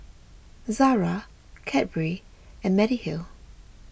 Zara Cadbury and Mediheal